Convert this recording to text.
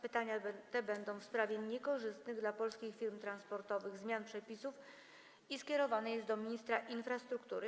Pytania te będą w sprawie niekorzystnych dla polskich firm transportowych zmian przepisów i skierowane są do ministra infrastruktury.